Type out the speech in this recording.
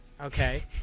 okay